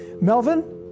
Melvin